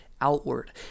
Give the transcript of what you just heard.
outward